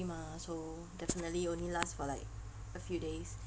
mah so definitely will only last for like a few days